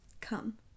Come